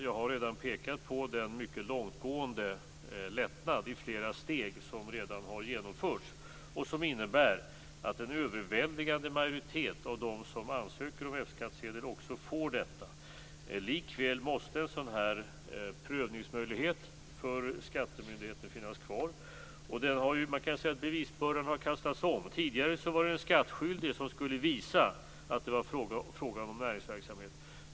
Jag har pekat på den mycket långtgående lättnad i flera steg som redan har genomförts och som innebär att en överväldigande majoritet av dem som ansöker om F-skattsedel också får det. Likväl måste en sådan här prövningsmöjlighet för skattemyndigheten finnas kvar. Man kan säga att bevisbördan har kastats om. Tidigare var det den skattskyldige som skulle visa att det var fråga om näringsverksamhet.